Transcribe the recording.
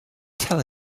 tell